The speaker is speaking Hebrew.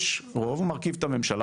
יש רוב, הוא מרכיב את הממשלה.